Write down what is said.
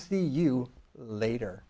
see you later